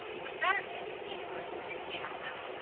would better fit his chamber than this shadow.